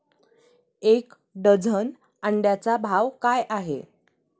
एक डझन अंड्यांचा भाव काय आहे?